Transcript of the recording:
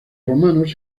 romanos